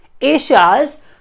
Asia's